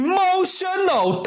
Emotional